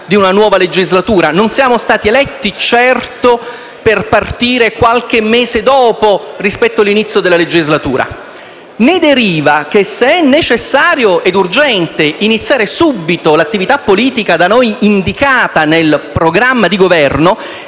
di una nuova legislatura, non siamo stati eletti certo per partire qualche mese dopo rispetto all'inizio della legislatura. Ne deriva che, se è necessario ed urgente iniziare subito l'attività politica da noi indicata nel programma di Governo,